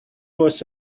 was